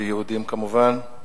ויהודים כמובן.